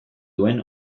duen